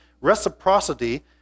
reciprocity